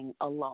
alone